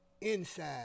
inside